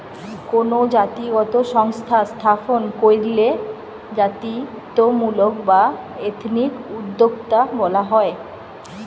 কোনো জাতিগত সংস্থা স্থাপন কইরলে জাতিত্বমূলক বা এথনিক উদ্যোক্তা বলা হয়